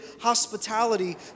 hospitality